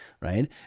right